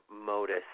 modus